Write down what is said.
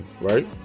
right